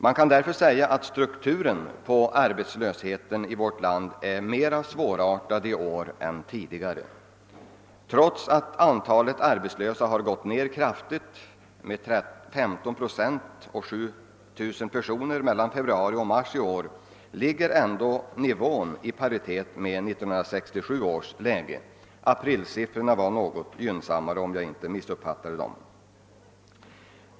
Man kan därför säga att strukturen på arbetslösheten i vårt land är mera svårartad nu än tidigare. Trots att antalet arbetslösa har gått ned kraftigt, med 15 procent eller 7700 personer, mellan februari och mars i år, ligger nivån ändå i paritet med läget 1967. Om jag inte är felunderrättad är dock aprilsiffrorna något gynnsammare.